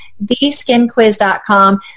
TheSkinQuiz.com